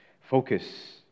Focus